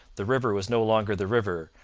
the river was no longer the river,